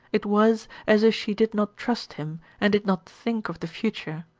it was as if she did not trust him and did not think of the future.